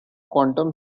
quantum